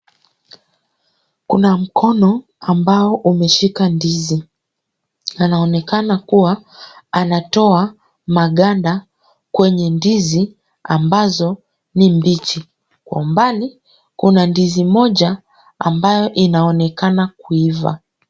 Kuna mkono ambao umeshika ndizi, anaonekana kuwa anatoa maganda kwenye ndizi ambazo ni mbichi. Kwa umbali, kuna ndizi moja ambayo inaonekana kuiva.